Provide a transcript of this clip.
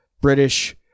British